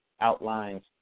outlines